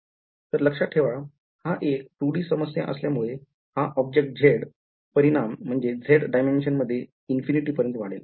तर लक्ष्यात ठेवा हा एक 2D समस्या असल्यामुळे हा object z परिमाण म्हणजे z dimension मध्ये इन्फिनिटी पर्यन्त वाढेल